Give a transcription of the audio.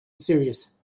series